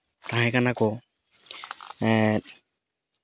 ᱛᱟᱦᱮᱸ ᱠᱟᱱᱟ ᱠᱚ ᱮᱜ